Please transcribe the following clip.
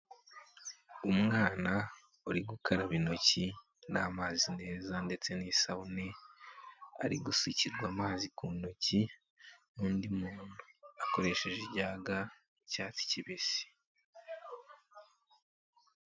Umwana uri gukaraba intoki n'amazi meza ndetse n'isabune ari gusukirwa amazi ku ntoki n'undi muntu akoresheje ijaga y'icyatsi kibisi.